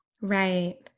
Right